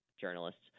journalists